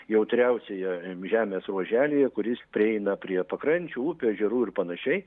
jautriausioje žemės ruoželyje kuris prieina prie pakrančių upių ežerų ir panašiai